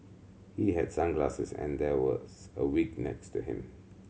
he had sunglasses and there was a wig next to him